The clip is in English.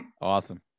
Awesome